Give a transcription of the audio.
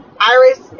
iris